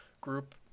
group